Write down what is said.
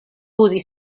uzi